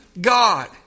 God